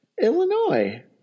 Illinois